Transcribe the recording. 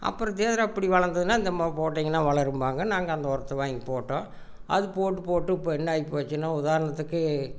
அப்புறம் ஏதுடா இப்படி வளர்ந்துதுன்னா இந்த போட்டீங்கன்னால் வளரும்பாங்க நாங்கள் அந்த உரத்த வாங்கி போட்டோம் அது போட்டு போட்டு இப்போ என்ன ஆகி போச்சுன்னா உதாரணத்துக்கு